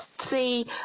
see